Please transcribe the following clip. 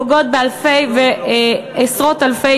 פוגעות באלפי ועשרות אלפי,